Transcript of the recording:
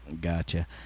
Gotcha